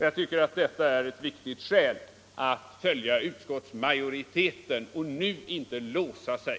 Jag tycker att detta är ett viktigt skäl att följa utskottsmajoriteten och inte nu låsa sig.